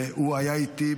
והוא היה איתי.